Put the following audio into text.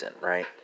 right